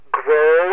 grow